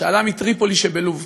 שעלה מטריפולי שבלוב.